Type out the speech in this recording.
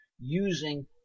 using